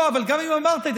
לא אמרתי.